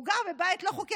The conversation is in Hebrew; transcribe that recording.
הוא גר בבית לא חוקי.